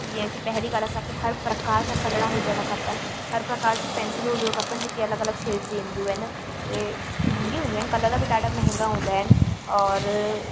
जीअं की पहिरीं ॻाल्हि असांखे हर प्रकार जा कलर हुजणा खपनि हर प्रकार जी पैंसलियूं हुजणियूं खपनि की अलॻि अलॻि शेड जी ईंदियूं आहिनि उहे महांगी हूंदियूं आहिनि कलर बि ॾाढा महांगा हूंदा आहिनि और